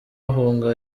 bahunga